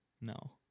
no